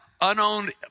unowned